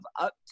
up